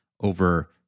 over